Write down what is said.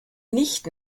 nicht